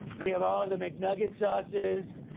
we have all the mcnugget sauces.